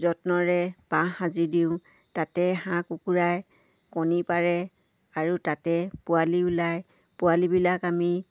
যত্নৰে বাঁহ সাজি দিওঁ তাতে হাঁহ কুকুৰাই কণী পাৰে আৰু তাতে পোৱালি ওলায় পোৱালিবিলাক আমি